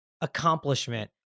accomplishment